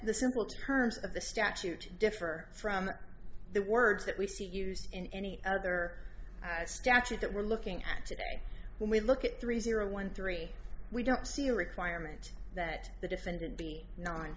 the simple terms of the statute differ from the words that we see used in any other statute that we're looking at when we look at three zero one three we don't see a requirement that the defendant be no